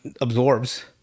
absorbs